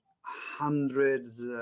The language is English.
hundreds